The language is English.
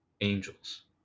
angels